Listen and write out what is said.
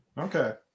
Okay